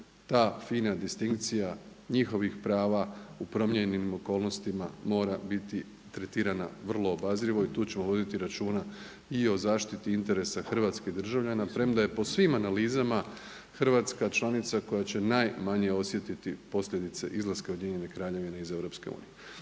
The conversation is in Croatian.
Ta fina distinkcija njihovih prava u promijenjenim okolnostima mora biti tretirana vrlo obazrivo i tu ćemo voditi računa i o zaštiti interesa hrvatskih državljana premda je po svim analizama Hrvatska članica koja će najmanje osjetiti posljedice izlaska UK iz EU.